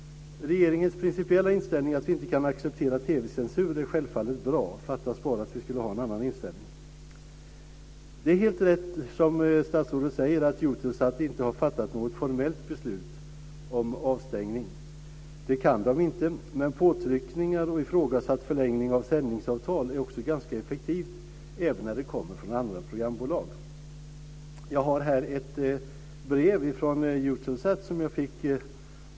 Regeringens principiella inställning att vi inte kan acceptera TV-censur är självfallet bra, fattas bara att vi skulle ha en annan inställning. Det är helt rätt, som statsrådet säger, att Eutelsat inte har fattat något formellt beslut om avstängning. Det kan man inte, men det är ganska effektivt med påtryckningar och ifrågasättande av förlängning av sändningsavtal även när det kommer från andra programbolag. Jag har här ett brev från Eutelsats direktör M.B.